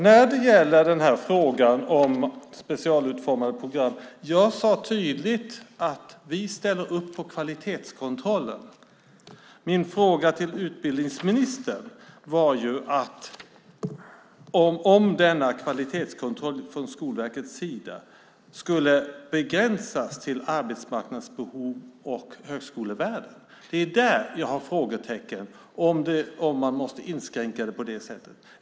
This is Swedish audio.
När det gäller frågan om specialutformade program sade jag tydligt att vi ställer upp på kvalitetskontrollen. Min fråga till utbildningsministern var om denna kvalitetskontroll från Skolverkets sida skulle begränsas till arbetsmarknadens behov och högskolevärlden. Det är där jag har frågetecken. Måste man inskränka det på det sättet?